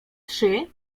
trzy